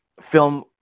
film